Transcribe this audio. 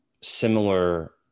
similar